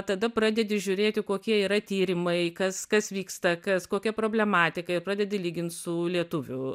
tada pradedi žiūrėti kokie yra tyrimai kas kas vyksta kas kokia problematika ir pradedi lygint su lietuvių